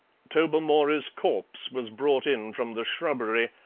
tobermory's corpse was brought in from the shrubbery,